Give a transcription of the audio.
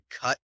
cut